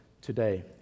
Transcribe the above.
today